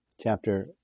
chapter